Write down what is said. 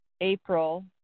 April